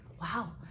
wow